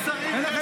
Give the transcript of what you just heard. אין לכם